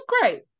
great